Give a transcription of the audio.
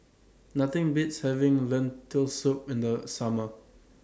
Nothing Beats having Lentil Soup in The Summer